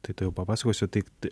tai tuojau papasakosiu tai